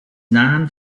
non